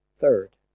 Third